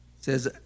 says